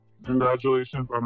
Congratulations